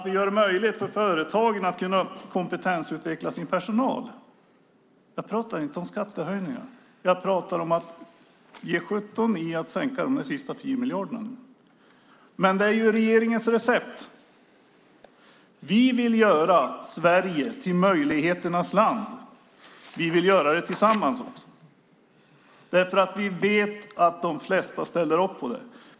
Vi gör det möjligt för företagen att kompetensutveckla sin personal. Jag pratar inte om skattehöjningar. Jag pratar om att man ska ge sjutton i att genomföra den sista skattesänkningen på 10 miljarder kronor. Men det är regeringens recept. Vi vill göra Sverige till möjligheternas land. Vi vill göra det tillsammans med andra därför att vi vet att de flesta ställer upp på det.